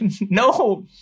no